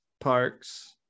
parks